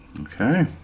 Okay